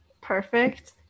perfect